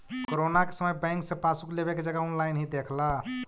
corona के समय bank से पासबुक लेवे के जगह ऑनलाइन ही देख ला